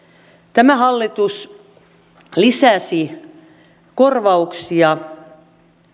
tämä hallitus lisäsi korvauksia